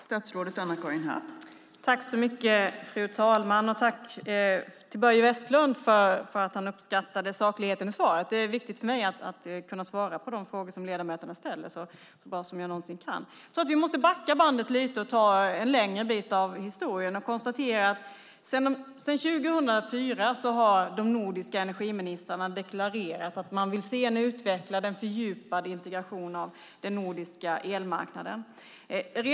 Fru talman! Tack, Börje Vestlund, för att du uppskattade sakligheten i svaret. Det är viktigt för mig att så bra jag kan svara på de frågor som ledamöterna ställer. Jag tror att vi måste backa bandet och titta på en längre bit av historien. Sedan 2004 har de nordiska energiministrarna deklarerat att man vill se en utvecklad och fördjupad integration av den nordiska elmarknaden.